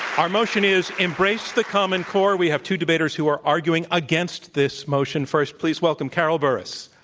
our motion is embrace the common core. we have two debaters who are arguing against this motion. first, please welcome carol burris.